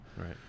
Right